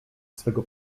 swego